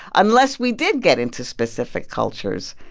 unless we did get into specific cultures.